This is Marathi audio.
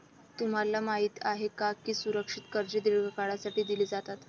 तुम्हाला माहित आहे का की सुरक्षित कर्जे दीर्घ काळासाठी दिली जातात?